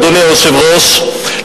אדוני היושב-ראש,